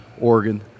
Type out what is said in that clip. Oregon